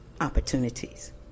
opportunities